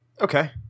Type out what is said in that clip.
okay